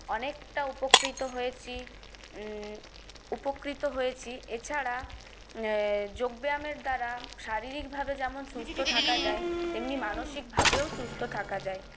অনেকটা উপকৃত হয়েছি উপকৃত হয়েছি এছাড়া যোগব্যায়ামের দ্বারা শারীরিকভাবে যেমন সুস্থ থাকা যায় তেমনি মানসিকভাবেও সুস্থ থাকা যায়